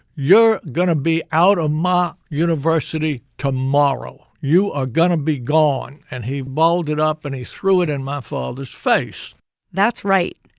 you're going to be out of my university tomorrow. you are going to be gone. and he balled it up, and he threw it in my father's face that's right.